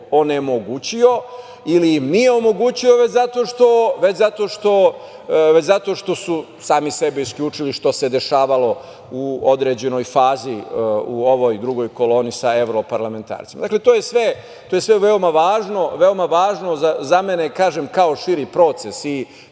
onemogućio ili im nije onemogućio, već zato što su sami sebe isključili, što se dešavalo u određenoj fazi u ovoj drugoj koloni sa evroparlamentarcima. Dakle, to je sve veoma važno za mene, kažem, kao širi